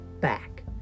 back